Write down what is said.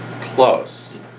Close